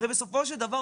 הרי בסופו של דבר,